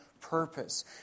purpose